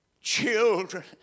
Children